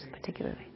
particularly